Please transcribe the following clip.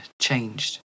changed